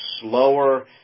slower